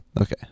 Okay